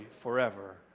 forever